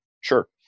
Sure